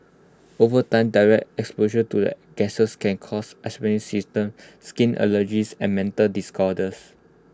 over time direct exposure to the gases can cause asthmatic symptoms skin allergies and mental disorders